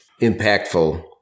impactful